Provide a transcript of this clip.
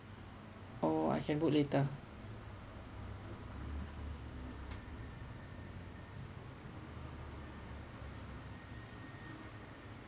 or I can book later